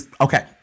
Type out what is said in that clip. okay